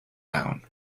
down